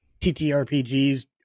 TTRPGs